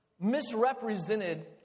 misrepresented